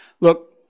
Look